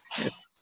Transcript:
Yes